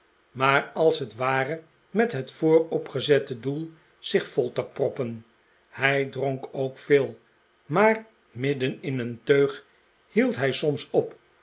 maar als het ware met het vooropgezette doel zich vol te proppen hij dronk ook veel maar midden in een teug hield hij soms op